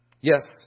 Yes